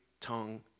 tongue